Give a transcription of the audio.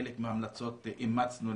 את חלק מההמלצות אימצנו,